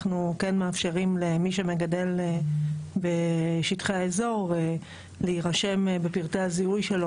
אנחנו כן מאפשרים למי שמגדל בשטחי האזור להירשם בפרטי הזיהוי שלו,